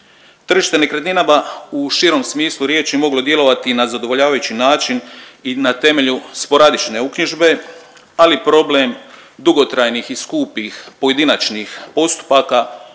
Tržište nekretninama u širem smislu riječi moglo djelovati i na zadovoljavajući način i na temelju sporadične uknjižbe, ali problem dugotrajnih i skupih pojedinačnih postupaka osobito